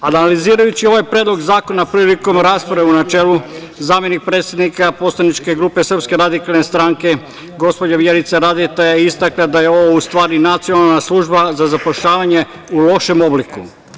Analizirajući ovaj predlog zakona, prilikom rasprave u načelu, zamenik predsednika poslaničke grupe Srpske radikalne stranke, gospođa Vjerica Radeta je istakla da je ovo, u stvari, Nacionalna služba za zapošljavanje u lošem obliku.